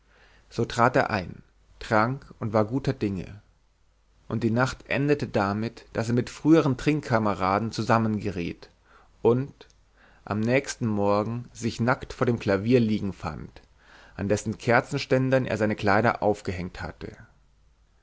so trat er ein trank und war guter dinge und die nacht endete damit daß er mit früheren trinkkameraden zusammengeriet und am nächsten morgen sich nackt vor dem klavier liegen fand an dessen kerzenständern er seine kleider aufgehängt hatte